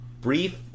brief